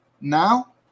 now